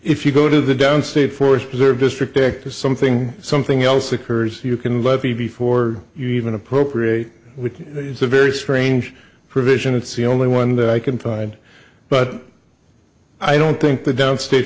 if you go to the down state forest preserve district there is something something else occurs you can levy before you even appropriate which is a very strange provision it's the only one that i can find but i don't think the down state